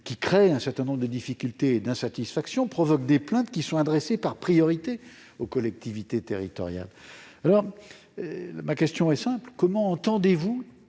qui créent un certain nombre de difficultés et de l'insatisfaction provoquent des plaintes qui sont adressées en priorité aux collectivités territoriales. Monsieur le ministre, comment entendez-vous